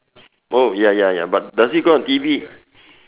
oh ya ya ya but does he go on T_V